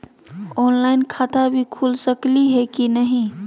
Online खाता भी खुल सकली है कि नही?